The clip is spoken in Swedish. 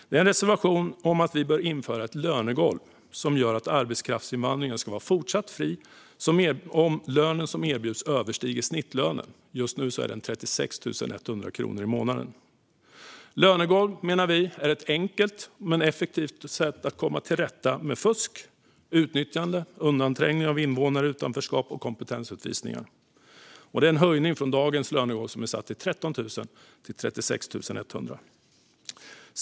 Det är en reservation om att vi bör införa ett lönegolv som gör att arbetskraftsinvandringen ska vara fortsatt fri om den lön som erbjuds överstiger snittlönen. Just nu är snittlönen 36 100 kronor i månaden. Lönegolv är, menar vi, ett enkelt och effektivt sätt att komma till rätta med fusk, utnyttjande, undanträngning av invånare i utanförskap och kompetensutvisningar. Vårt förslag innebär en höjning av dagens lönegolv på 13 000 kronor till 36 100 kronor.